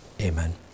Amen